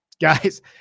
Guys